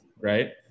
right